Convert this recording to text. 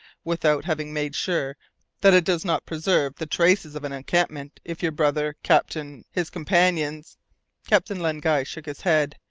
without having made sure that it does not preserve the traces of an encampment, if your brother, captain his companions captain len guy shook his head.